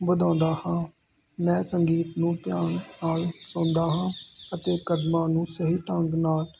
ਵਧਾਉਂਦਾ ਹਾਂ ਮੈਂ ਸੰਗੀਤ ਨੂੰ ਧਿਆਨ ਨਾਲ ਸੁਣਦਾ ਹਾਂ ਅਤੇ ਕਦਮਾਂ ਨੂੰ ਸਹੀ ਢੰਗ ਨਾਲ